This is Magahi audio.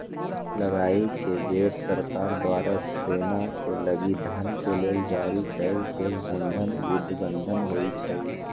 लड़ाई के बेर सरकार द्वारा सेनाके लागी धन के लेल जारी कएल गेल बन्धन युद्ध बन्धन होइ छइ